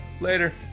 Later